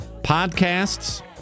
podcasts